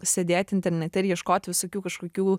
sėdėt internete ir ieškot visokių kažkokių